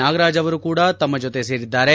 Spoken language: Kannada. ನಾಗರಾಜ್ ಅವರು ಕೂಡ ತಮ್ಮ ಜೊತೆ ಸೇರಿದ್ದಾರೆ